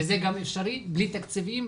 וזה גם אפשרי בלי תקציבים,